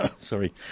Sorry